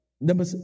number